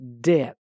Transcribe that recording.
debt